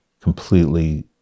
completely